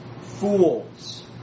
fools